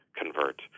convert